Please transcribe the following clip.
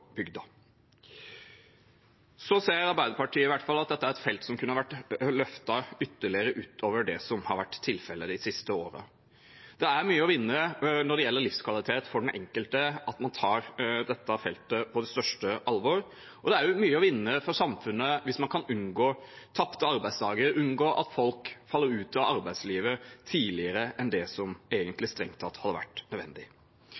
bygda. Så ser Arbeiderpartiet, i hvert fall, at dette er et felt som kunne vært løftet ytterligere, utover det som har vært tilfellet de siste årene. Det er mye å vinne når det gjelder livskvalitet for den enkelte, at man tar dette feltet på det største alvor, og det er også mye å vinne for samfunnet hvis man kan unngå tapte arbeidsdager, unngå at folk faller ut av arbeidslivet tidligere enn det som strengt tatt hadde vært nødvendig.